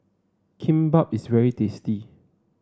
Kimbap is very tasty